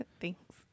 Thanks